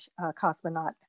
cosmonaut